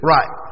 Right